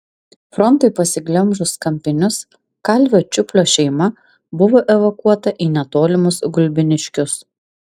frontui pasiglemžus kampinius kalvio čiuplio šeima buvo evakuota į netolimus gulbiniškius